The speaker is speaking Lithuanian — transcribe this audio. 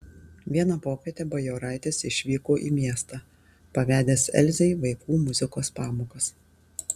vieną popietę bajoraitis išvyko į miestą pavedęs elzei vaikų muzikos pamokas